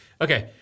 Okay